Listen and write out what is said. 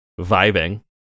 vibing